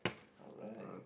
alright